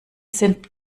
sind